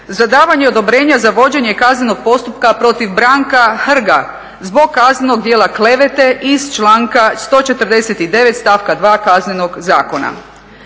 za davanje odobrenja za vođenje kaznenog postupka protiv Branka Hrga zbog kaznenog djela klevete iz članka 149. stavka 2. Kaznenog zakona.